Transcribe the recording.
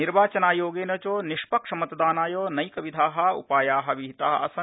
निर्वाचनयोगेने च निष्पक्षमतदानाय नैकविधा उपाया विहिता असन्